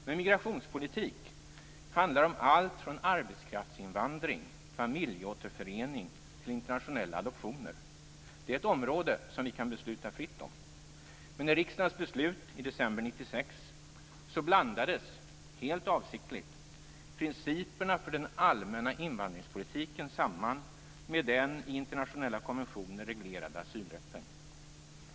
Men migrationspolitik handlar om allt från arbetskraftsinvandring och familjeåterförening till internationella adoptioner. Det är ett område som vi kan besluta fritt om. Men i riksdagens beslut i december 1996 blandades, helt avsiktligt, principerna för den allmänna invandringspolitiken samman med den i internationella konventioner reglerade asylrätten.